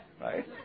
right